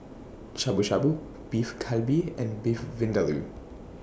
Shabu Shabu Beef Galbi and Beef Vindaloo